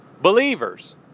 believers